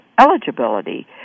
eligibility